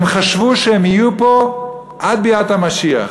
הם חשבו שהם יהיו פה עד ביאת המשיח.